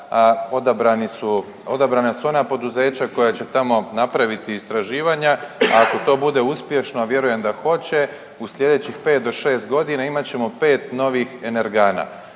odabrana su ona poduzeća koja će tamo napraviti istraživanja. Ako to bude uspješno, a vjerujem da hoće, u slijedećih 5-6 godina imat ćemo 5 novih energana.